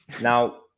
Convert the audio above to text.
Now